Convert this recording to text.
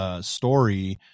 story